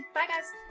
bye guys!